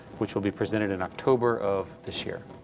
which will be presented in october of this year.